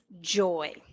joy